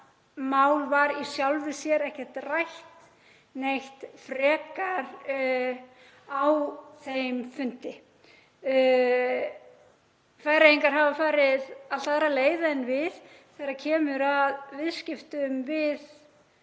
mál var í sjálfu sér ekkert rætt neitt frekar á þeim fundi. Færeyingar hafa farið allt aðra leið en við þegar kemur að viðskiptum við